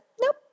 Nope